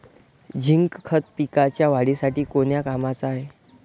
Zinc खत पिकाच्या वाढीसाठी कोन्या कामाचं हाये?